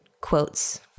quotes